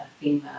female